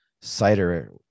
cider